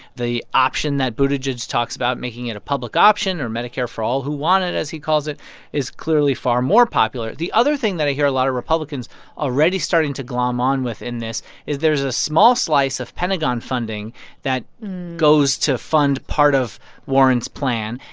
the option that buttigieg talks about making it a public option, or medicare for all who want it, as he calls it is clearly far more popular the other thing that i hear a lot of republicans already starting to glom on with in this is there's a small slice of pentagon funding that goes to fund part of warren's plan,